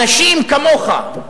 אנשים כמוך,